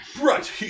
Right